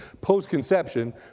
post-conception